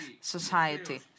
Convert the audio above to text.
society